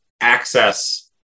access